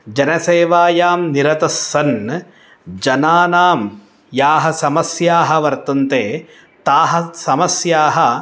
जनसेवायां निरतस्सन् जनानां याः समस्याः वर्तन्ते ताः समस्याः